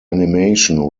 animation